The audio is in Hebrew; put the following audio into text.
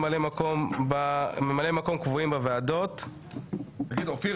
כממלא-מקום קבוע בוועדת הכספים מטעם סיעת הליכוד,